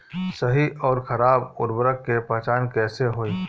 सही अउर खराब उर्बरक के पहचान कैसे होई?